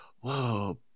whoa